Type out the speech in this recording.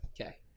Okay